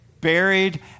buried